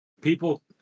people